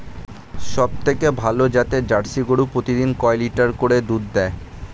সবথেকে ভালো জাতের জার্সি গরু প্রতিদিন কয় লিটার করে দুধ দেয়?